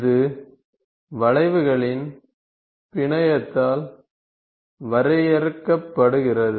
இது வளைவுகளின் பிணையத்தால் வரையறுக்கப்படுகிறது